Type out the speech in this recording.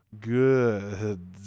good